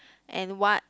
and what